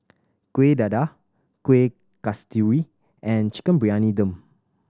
Kuih Dadar Kueh Kasturi and Chicken Briyani Dum